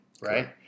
right